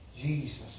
Jesus